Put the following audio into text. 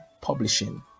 publishing